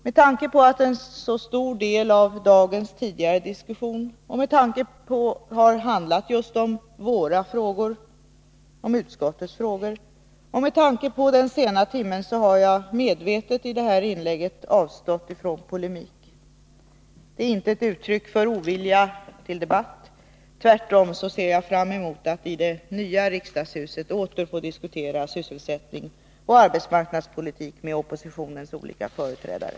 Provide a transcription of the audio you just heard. Med tanke på att en så stor del av dagens tidigare diskussion har handlat just om arbetsmarknadsutskottets frågor och med tanke på den sena timmen har jag medvetet i detta inlägg avstått från polemik. Det är inte ett uttryck för ovilja till debatt — tvärtom ser jag fram emot att i det nya riksdagshuset åter få diskutera sysselsättningsoch arbetsmarknadspolitik med oppositionens olika företrädare.